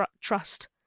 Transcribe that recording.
trust